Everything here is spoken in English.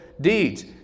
deeds